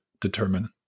determine